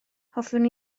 hoffwn